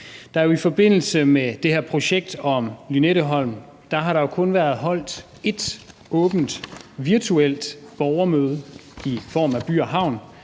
I forbindelse med det her projekt om Lynetteholm har der jo kun været holdt ét åbent, virtuelt borgermøde med By & Havn,